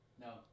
No